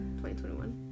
2021